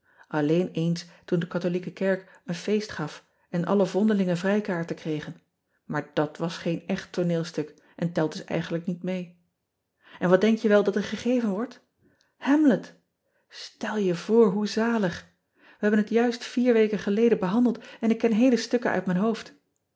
lleen eens toen de atholieke kerk een feest gaf en alle vondelingen vrijkaarten kregen maar dat was geen echt tooneelstuk en telt dus eigenlijk niet mee n wat denk je wel dat er gegeven wordt amlet tel je voor hoe zalig e hebben het juist vier weken geleden behandeld en ik ken heele stukken uit mijn hoofd